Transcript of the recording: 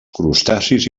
crustacis